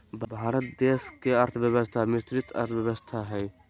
भारत देश के अर्थव्यवस्था मिश्रित अर्थव्यवस्था हइ